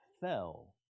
fell